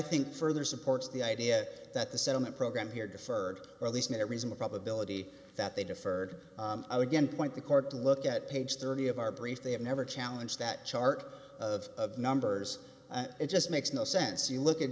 think further supports the idea that the settlement program here deferred or at least made a reasonable probability that they deferred again point the court to look at page thirty of our brief they have never challenge that chart of numbers it just makes no sense you look